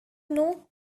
know